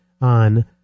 on